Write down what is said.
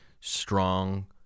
strong